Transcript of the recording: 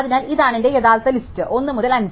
അതിനാൽ ഇതാണ് എന്റെ യഥാർത്ഥ ലിസ്റ്റ് 1 മുതൽ 5